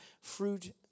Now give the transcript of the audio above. fruit